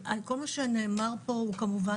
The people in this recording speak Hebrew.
על כל מה שנאמר פה הוא כמובן